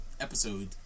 episode